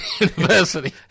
university